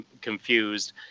confused